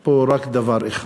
פה רק דבר אחד.